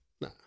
Nah